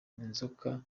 inzoka